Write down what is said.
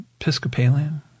Episcopalian